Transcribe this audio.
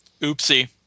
oopsie